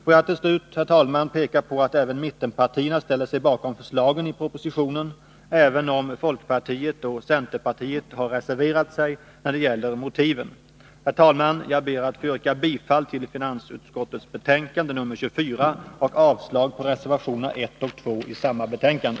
Får jag till slut, herr talman, peka på att även mittenpartierna ställer sig bakom förslagen i propositionen, även om folkpartiet och centerpartiet har reserverat sig när det gäller motiven. Herr talman! Jag ber att få yrka bifall till finansutskottets hemställan i betänkande 24 och avslag på reservationerna 1 och 2 i samma betänkande.